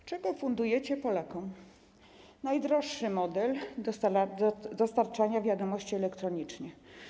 Dlaczego fundujecie Polakom najdroższy model dostarczania wiadomości elektronicznie?